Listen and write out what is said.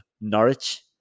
Norwich